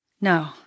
no